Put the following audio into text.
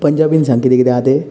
पंजाबीन सांग कितें कितें आहा तें